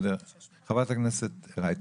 חברת הכנסת רייטן.